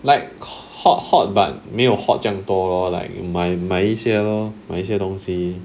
like hog hog but 没有 hog jiang 多咯 like 买买一些咯买一些东西